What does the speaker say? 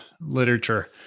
literature